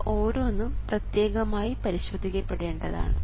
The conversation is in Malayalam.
അവ ഓരോന്നും പ്രത്യേകമായി പരിശോധിക്കപ്പെടേണ്ടതാണ്